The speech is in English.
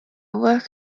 work